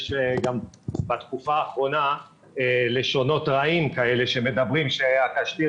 בתקופה האחרונה יש לשונות רעות שמדברים שהתשדיר